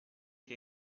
che